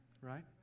right